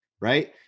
right